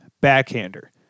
backhander